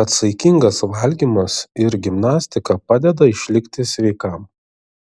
kad saikingas valgymas ir gimnastika padeda išlikti sveikam